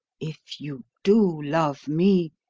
if you do love me,